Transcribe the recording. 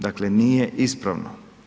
Dakle, nije ispravno.